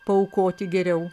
paaukoti geriau